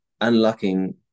unlocking